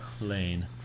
lane